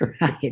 Right